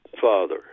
father